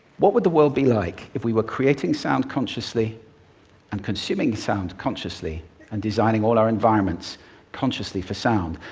what would the world be like if we were creating sound consciously and consuming sound consciously and designing all our environments consciously for sound?